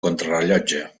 contrarellotge